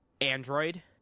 Android